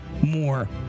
more